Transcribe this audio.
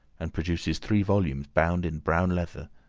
and produces three volumes bound in brown leather,